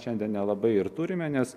šiandien nelabai ir turime nes